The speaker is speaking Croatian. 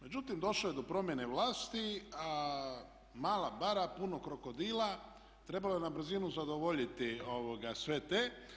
Međutim, došlo je do promjene vlasti a mala bara i puno krokodila i trebalo je na brzinu zadovoljiti sve te.